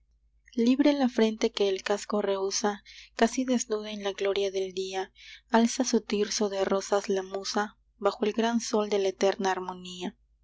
libre la frente que el casco rehusa casi desnuda en la gloria del día alza su tirso de rosas la musa bajo el gran sol de la eterna harmonía